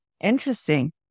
Interesting